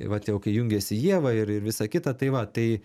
vat jau kai jungėsi ieva ir ir visa kita tai va tai